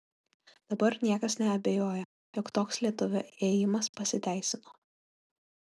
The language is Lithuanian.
dabar niekas neabejoja jog toks lietuvio ėjimas pasiteisino